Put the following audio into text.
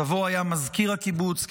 סבו היה מזכיר הקיבוץ,